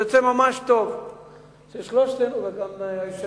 זה יוצא ממש טוב ששלושתנו, וגם היושב-ראש,